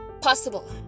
possible